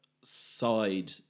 side